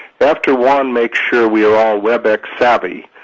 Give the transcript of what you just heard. after juan makes sure we are all webex savvy,